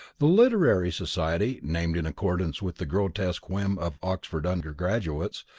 the literary society, named in accordance with the grotesque whim of oxford undergraduates,